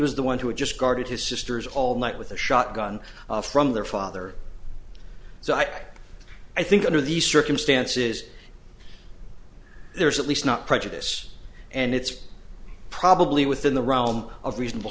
was the one who had just guarded his sisters all night with a shotgun from their father so i i think under these circumstances there is at least not prejudice and it's probably within the realm of reasonable